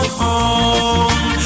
home